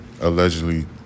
allegedly